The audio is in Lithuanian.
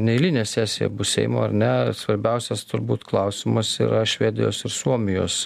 neeilinė sesija bus seimo ar ne svarbiausias turbūt klausimas yra švedijos ir suomijos